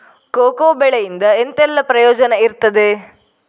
Cocoa ಬೆಳೆಗಳಿಂದ ಎಂತೆಲ್ಲ ಪ್ರಯೋಜನ ಇರ್ತದೆ?